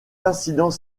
incidents